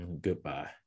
goodbye